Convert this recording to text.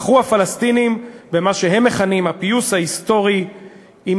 ובחרו הפלסטינים במה שהם מכנים הפיוס ההיסטורי עם